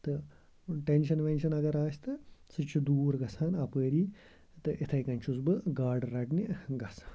تہٕ ٹٮ۪نشَن وٮ۪نشَن اگر آسہِ تہٕ سُہ چھِ دوٗر گژھان اَپٲری تہٕ اِتھَے کَنۍ چھُس بہٕ گاڈٕ رَٹنہِ گژھان